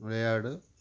விளையாடு